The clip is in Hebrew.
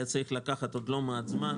היה צריך לקחת עוד לא מעט זמן,